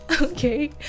Okay